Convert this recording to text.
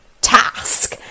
task